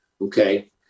okay